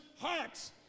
hearts